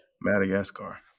Madagascar